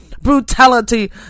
brutality